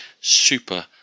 super